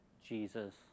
Jesus